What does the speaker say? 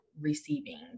receiving